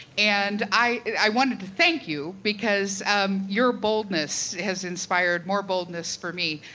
and i wanted to thank you, because um your boldness has inspired more boldness for me.